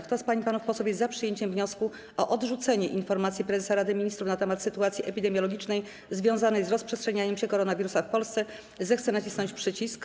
Kto z pań i panów posłów jest za przyjęciem wniosku o odrzucenie informacji Prezesa Rady Ministrów nt. sytuacji epidemiologicznej związanej z rozprzestrzenianiem się koronawirusa w Polsce, zechce nacisnąć przycisk.